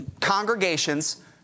congregations